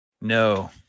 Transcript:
No